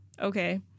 okay